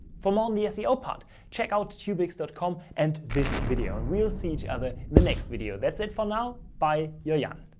for more on the seo part, check out tubics dot com and this video and we'll see each other in the next video. that's it for now. bye. your jan